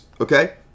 okay